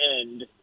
end